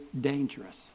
dangerous